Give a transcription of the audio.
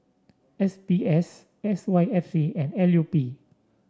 S B S S Y F C and L U P